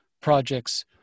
project's